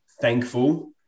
thankful